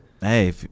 hey